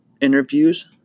interviews